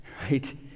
right